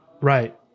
Right